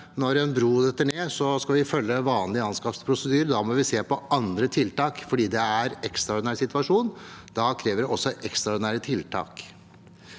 når en bru detter ned, skal vi følge vanlig anskaffelsesprosedyre. Da må vi se på andre tiltak, for det er en ekstraordinær situasjon. Da kreves det også ekstraordinære tiltak.